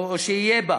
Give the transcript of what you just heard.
שיהיה בה